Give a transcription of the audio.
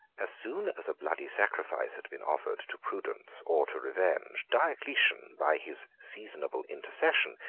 as soon as a bloody sacrifice had been offered to prudence or to revenge, diocletian, by his seasonable intercession,